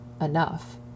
enough